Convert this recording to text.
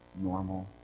normal